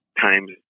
times